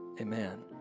Amen